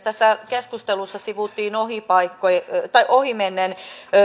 tässä keskustelussa sivuttiin ohimennen